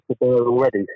already